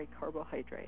carbohydrates